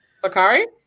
Sakari